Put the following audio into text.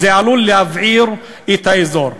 זה עלול להבעיר את האזור.